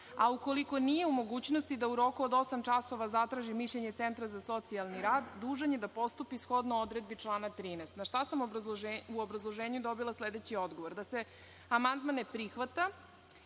a ukoliko nije u mogućnosti da u roku od osam časova zatraži mišljenje Centra za socijalni rad, dužan je da postupi shodno odredbi člana 13.Na šta sam u obrazloženju dobila sledeći odgovor – da se amandman ne prihvata